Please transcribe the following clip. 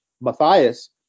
Matthias